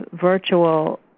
virtual